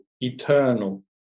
eternal